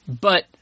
But-